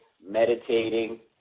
meditating